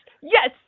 Yes